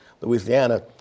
Louisiana